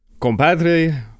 Compadre